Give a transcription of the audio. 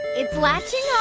it's latching